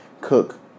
cook